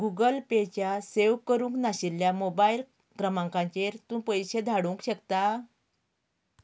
Google पेच्या सेव करूंक नाशिल्ल्या मोबायल क्रमांकाचेर तूं पयशे धाडूंक शकता